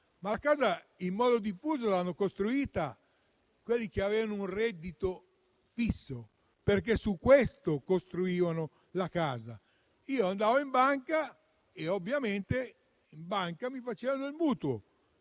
ma la casa in modo diffuso l'hanno costruita quelli che avevano un reddito fisso, perché su questo costruivano la casa. Io andavo in banca e questa mi concedeva il mutuo